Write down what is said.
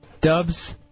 Dubs